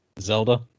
Zelda